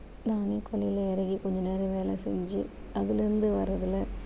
நம்மளே கொல்லையில் இறங்கி கொஞ்சம் நேரம் வேலை செஞ்சு அதுலேந்து வரதுல